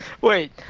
wait